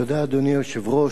אדוני היושב-ראש,